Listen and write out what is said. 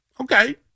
Okay